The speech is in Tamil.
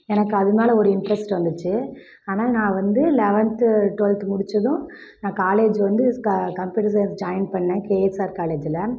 எனக்கு அது மேலே ஒரு இன்ட்ரெஸ்ட் வந்துச்சு ஆனால் நான் வந்து லெவன்த்து ட்வெல்த்து முடித்ததும் நான் காலேஜு வந்து க கம்ப்யூட்ரு சயின்ஸ் ஜாயின் பண்ணிணேன் கேஎஸ்ஆர் காலேஜில்